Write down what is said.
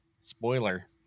spoiler